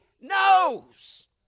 knows